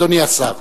אדוני השר.